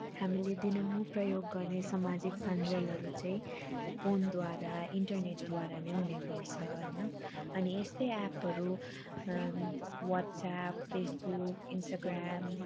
हामीले दिनहुँ प्रयोग गर्ने समाजिक सञ्जालहरू चाहिँ फोनद्वारा इन्टरनेटद्वारा नै हुने गर्छ होइन अनि यस्तै एप्पहरू वाट्सएप फेसबुक इन्स्टाग्राम